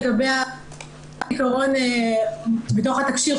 לגבי העיקרון שבתוך התקשי"ר,